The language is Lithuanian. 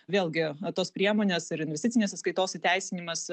vėlgi tos priemonės ir investicinės sąskaitos įteisinimas